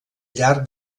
llarg